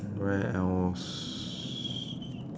where else